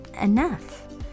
enough